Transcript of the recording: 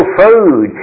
food